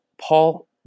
Paul